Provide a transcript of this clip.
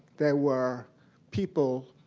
there were people